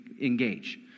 engage